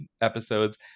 episodes